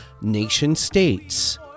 nation-states